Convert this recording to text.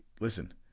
Listen